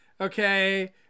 okay